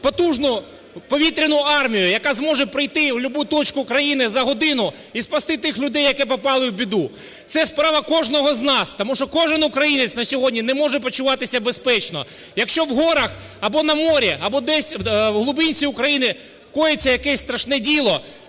потужну повітряну армію, яка зможе прийти в любу точку країни за годину і спасти тих людей, які попали в біду. Це справа кожного з нас, тому що кожний українець на сьогодні не може почуватися безпечно, якщо в горах або на морі, або десь у глибинці України коїться якесь страшне діло,